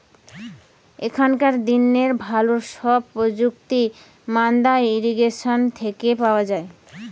এখনকার দিনের ভালো সব প্রযুক্তি মাদ্দা ইরিগেশন থেকে পাওয়া যায়